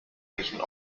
riechen